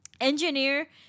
Engineer